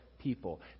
people